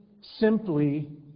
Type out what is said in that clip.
simply